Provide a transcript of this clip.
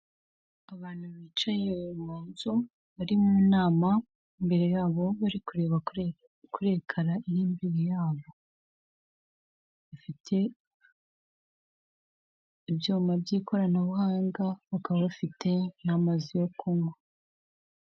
Abantu bicaye mu nzu bari mu nama imbere yabo bari kureba kuri ekara iri imbere yabo bafite ibyuma by'ikoranabuhanga bakaba bafite n'amazi yo kunywa .